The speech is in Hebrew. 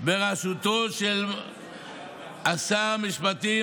בראשותו של שר המשפטים